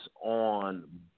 on